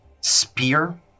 spear